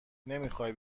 نمیخوای